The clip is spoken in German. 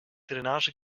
drainage